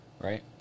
Right